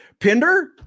Pinder